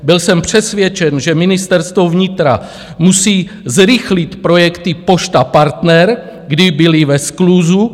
Byl jsem přesvědčen, že Ministerstvo vnitra musí zrychlit projekty Pošta Partner, kdy byly ve skluzu.